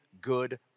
good